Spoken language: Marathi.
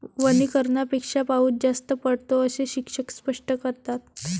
वनीकरणापेक्षा पाऊस जास्त पडतो, असे शिक्षक स्पष्ट करतात